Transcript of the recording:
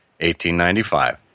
1895